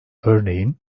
örneğin